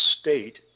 state